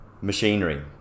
machinery